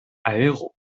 aero